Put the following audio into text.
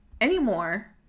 anymore